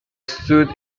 stood